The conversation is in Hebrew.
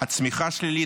צמיחה שלילית,